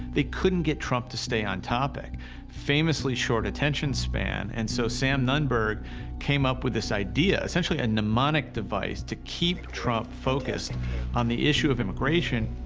they couldn't get trump to stay on topic famously short attention span. and so sam nunberg came up with this idea, essentially a mnemonic device to keep trump focused on the issue of immigration.